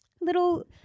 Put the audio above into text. little